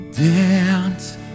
dance